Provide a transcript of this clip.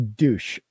douche